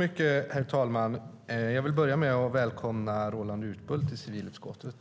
Herr talman! Jag vill börja med att välkomna Roland Utbult till civilutskottet.